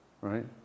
right